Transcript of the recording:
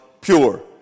pure